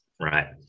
right